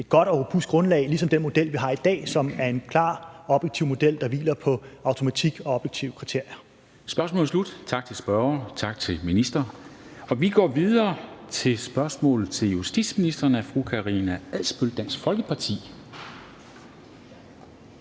et godt og robust grundlag ligesom den model, vi har i dag, som er en klar og objektiv model, der hviler på automatik og objektive kriterier. Kl. 13:09 Formanden (Henrik Dam Kristensen): Spørgsmålet er slut. Tak til spørgeren, og tak til ministeren. Vi går videre til et spørgsmål til justitsministeren af fru Karina Adsbøl, Dansk Folkeparti.